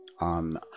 on